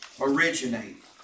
originate